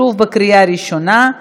שוב לקריאה ראשונה.